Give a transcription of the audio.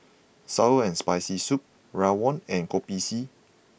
Sour and Spicy Soup Rawon and Kopi C